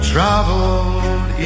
Traveled